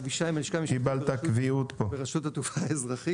אבישי מהלשכה המשפטית ברשות התעופה האווירית,